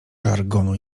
żargonu